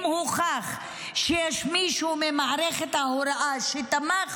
אם הוכח שיש מישהו ממערכת ההוראה שתמך